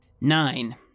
Nine